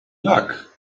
luck